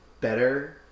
better